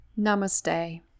Namaste